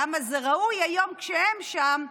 למה זה ראוי, היום כשהם שם.